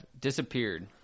disappeared